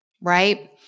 right